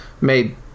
made